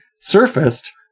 surfaced